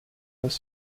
was